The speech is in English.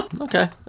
Okay